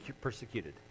persecuted